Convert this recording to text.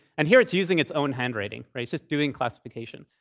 and here, it's using its own handwriting, right? it's just doing classification.